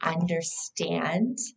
understand